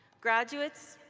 graduates,